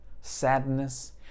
sadness